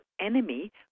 enemy